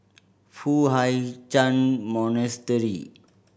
Foo Hai Ch'an Monastery